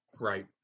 Right